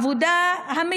הרי אי-אפשר להתעלם מהעבודה,